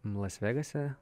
las vegase